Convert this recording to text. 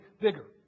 bigger